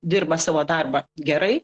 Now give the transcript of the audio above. dirba savo darbą gerai